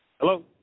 Hello